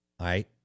right